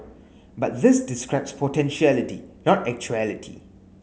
but this describes potentiality not actuality